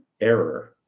error